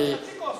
חצי כוח סוס.